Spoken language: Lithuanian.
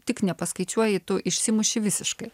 tik nepaskaičiuoji tu išsimuši visiškai